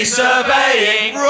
surveying